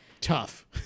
Tough